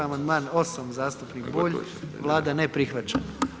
Amandman 8. zastupnik Bulj, Vlada ne prihvaća.